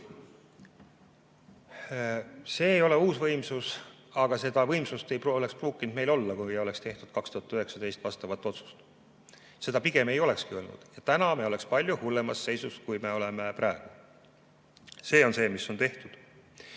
See ei ole uus võimsus, aga seda võimsust ei oleks pruukinud meil olla, kui ei oleks tehtud 2019 vastavat otsust. Seda pigem ei olekski olnud ja täna me oleks palju hullemas seisus, kui me oleme praegu. See on see, mis on tehtud.